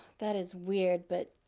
that is weird. but,